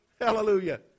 hallelujah